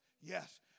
yes